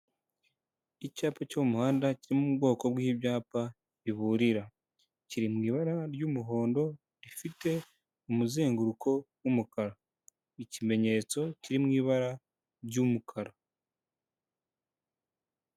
Icyapa cyo mu muhanda kirimo mu bwoko bw'ibyapa biburira. Kiri mu ibara ry'umuhondo rifite umuzenguruko w'umukara. Ikimenyetso kiri mu ibara ry'umukara.